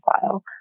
file